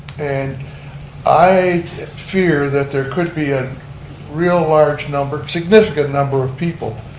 and i fear that there could be a real large number, significant number of people,